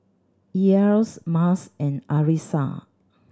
Elyas Mas and Arissa